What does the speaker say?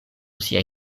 siaj